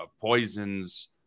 poisons